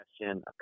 question